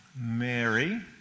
Mary